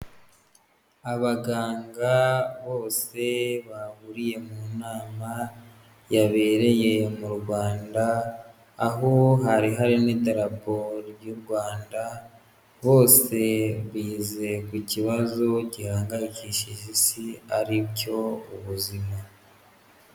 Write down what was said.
Abaganga bose bahuriye mu nama, yabereye mu Rwanda, aho hari hari n'idarapo ry'u Rwanda, bose bize ku kibazo gihangayikishije isi ari cyo ubuzima.